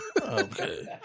Okay